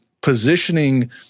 positioning